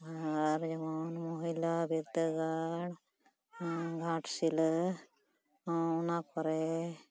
ᱟᱨ ᱡᱮᱢᱚᱱ ᱢᱚᱦᱤᱞᱟ ᱵᱤᱨᱫᱟᱹᱜᱟᱲ ᱜᱷᱟᱴᱥᱤᱞᱟᱹ ᱦᱚᱸ ᱚᱱᱟᱠᱚᱨᱮ